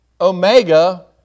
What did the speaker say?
Omega